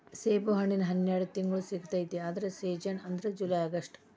ಸೇಬುಹಣ್ಣಿನ ಹನ್ಯಾಡ ತಿಂಗ್ಳು ಸಿಗತೈತಿ ಆದ್ರ ಸೇಜನ್ ಅಂದ್ರ ಜುಲೈ ಅಗಸ್ಟ